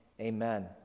amen